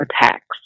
attacks